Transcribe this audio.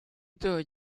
took